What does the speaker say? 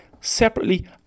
separately